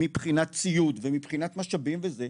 מבחינת ציוד ומבחינת משאבים וזה,